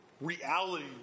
reality